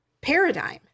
paradigm